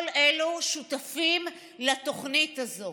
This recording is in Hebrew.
כל אלו שותפים לתוכנית הזאת,